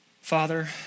Father